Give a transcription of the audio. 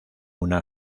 una